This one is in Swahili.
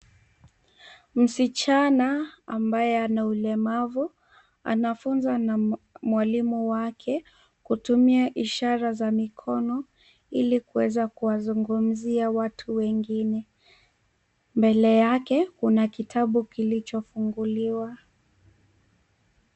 Msichana ambaye ana ulemavu anafunzwa na mwalimu wake kutumia ishara za mikono ili kuweza kuwazungumzia watu wengine. Mbele yake kuna kitabu kilichofunguliwa.